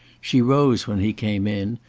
she rose when he came in,